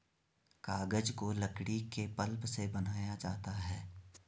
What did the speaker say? कागज को लकड़ी के पल्प से बनाया जाता है